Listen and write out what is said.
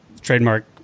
trademark